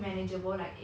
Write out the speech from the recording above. for now hor